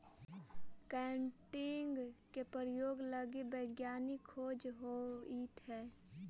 chitin के प्रयोग लगी वैज्ञानिक खोज होइत हई